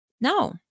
no